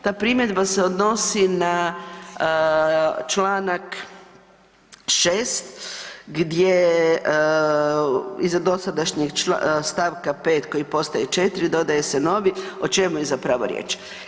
Ta primjedba se odnosi na Članak 6. gdje iza dosadašnjem stavka 5., koji postaje 4., dodaje se novi, o čemu je zapravo riječ.